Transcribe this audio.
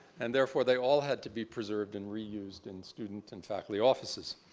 and therefore, they all had to be preserved and reused in student and faculty offices.